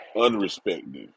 unrespected